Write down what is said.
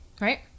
right